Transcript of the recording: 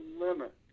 limit